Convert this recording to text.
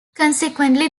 consequently